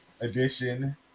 edition